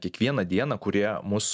kiekvieną dieną kurie mus